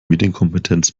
medienkompetenz